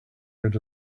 out